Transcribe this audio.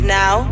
now